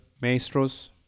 maestros